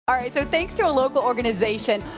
um so thanks to a local organization,